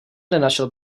nenašel